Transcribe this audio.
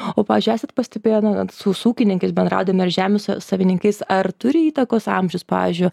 o pavyzdžiui esat pastebėję na su su ūkininkais bendraudami ar žemių savininkais ar turi įtakos amžius pavyzdžiui